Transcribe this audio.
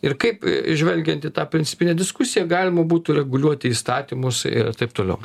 ir kaip žvelgiant į tą principinę diskusiją galima būtų reguliuoti įstatymus ir taip toliau